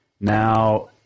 Now